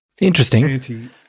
Interesting